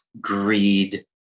greed